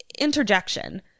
interjection